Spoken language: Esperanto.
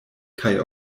kaj